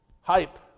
Hype